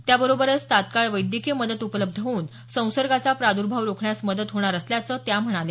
त्याबरोबर तात्काळ वैद्यकीय मदत उपलब्ध होऊन संसर्गाचा प्रादुर्भाव रोखण्यास मदत होणार असल्याचं त्या म्हणाल्या